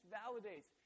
validates